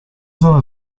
zona